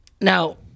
Now